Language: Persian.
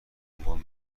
عنوان